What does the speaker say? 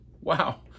Wow